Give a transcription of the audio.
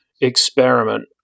experiment